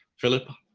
philip,